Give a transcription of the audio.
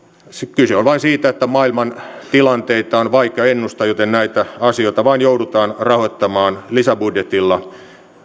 kyse on vain siitä että maailman tilanteita on vaikea ennustaa joten näitä asioita vain joudutaan rahoittamaan lisäbudjetilla